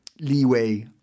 leeway